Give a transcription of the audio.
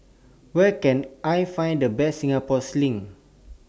Where Can I Find The Best Singapore Sling